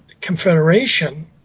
Confederation